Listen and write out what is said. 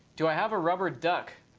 do i have a rubber duck?